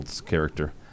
character